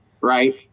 right